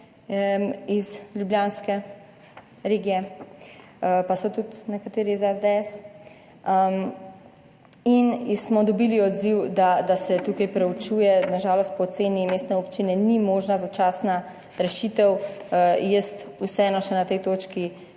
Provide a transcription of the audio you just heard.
iz ljubljanske regije pa so tudi nekateri iz SDS, in smo dobili odziv, da se tukaj preučuje, na žalost, po oceni Mestne občine ni možna začasna rešitev. Jaz vseeno še na tej točki